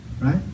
right